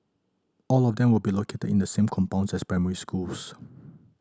all of them will be located in the same compounds as primary schools